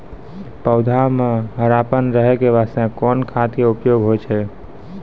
पौधा म हरापन रहै के बास्ते कोन खाद के उपयोग होय छै?